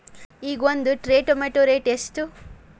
ಈಗ ಒಂದ್ tray tomato rate ಎಷ್ಟ?